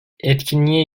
etkinliğe